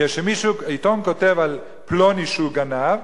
כשעיתון כותב על פלוני שהוא גנב,